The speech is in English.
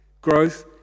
Growth